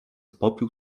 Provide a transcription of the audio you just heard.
popiół